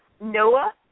Noah